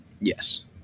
Yes